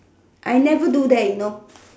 I never do that you know